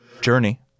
journey